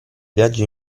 viaggio